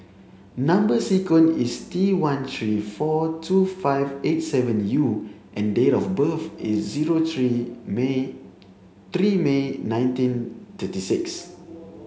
number sequence is T one three four two five eight seven U and date of birth is zero three May three May nineteen thirty six